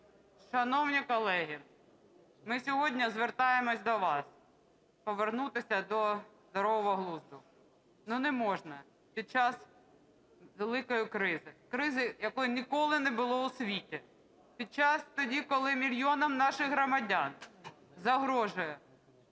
Шановні колеги, ми сьогодні звертаємось до вас повернутися до здорового глузду. Ну, не можна під час великої кризи, кризи, якої ніколи не було у світі, під час тоді, коли мільйонам наших громадян загрожує